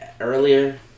earlier